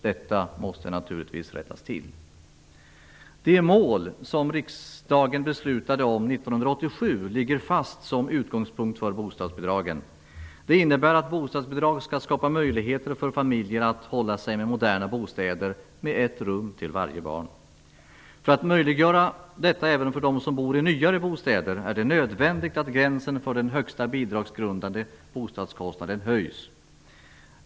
Detta måste naturligtvis rättas till. De mål som riksdagen beslöt om 1987 ligger fast såsom utgångspunkt för bostadsbidragen. Det innebär att bostadsbidragen skall skapa möjligheter för familjer att hålla sig med moderna bostäder med ett eget rum för varje barn. För att möjliggöra detta även för dem som bor i nyare bostäder är det nödvändigt att gränsen för den högsta bidragsgrundande bostadskostnaden höjs.